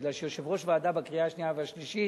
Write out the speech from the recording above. מפני שיושב-ראש ועדה בקריאה השנייה והשלישית,